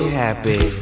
happy